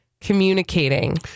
communicating